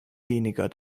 weniger